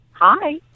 Hi